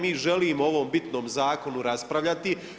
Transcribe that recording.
Mi želimo o ovom bitnom Zakonu raspravljati.